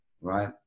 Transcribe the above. right